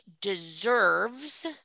deserves